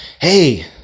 hey